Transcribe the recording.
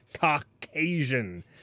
Caucasian